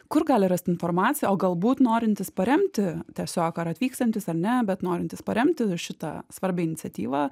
kur gali rast informaciją o galbūt norintys paremti tiesiog ar atvykstantys ar ne bet norintys paremti šitą svarbią iniciatyvą